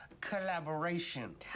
collaboration